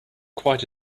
quite